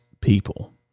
people